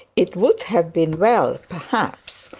it would have been well, perhaps,